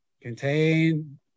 contain